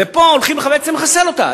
ופה הולכים בעצם לחסל אותה,